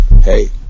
hey